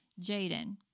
Jaden